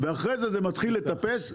ואחרי זה זה מתחיל לטפס,